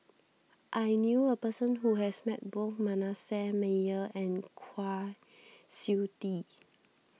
I knew a person who has met both Manasseh Meyer and Kwa Siew Tee